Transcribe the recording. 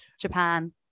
japan